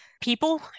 people